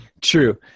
true